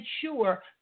sure